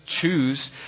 choose